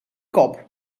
kop